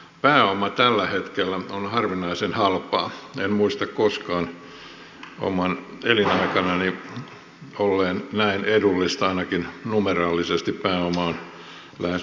pääoma tällä hetkellä on harvinaisen halpaa en muista sen koskaan omana elinaikanani olleen näin edullista ainakin numeraalisesti pääoma on lähes nollakorolla